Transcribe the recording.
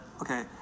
Okay